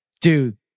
Dude